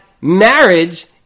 marriage